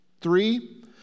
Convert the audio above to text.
Three